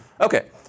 Okay